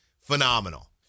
phenomenal